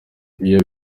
iyo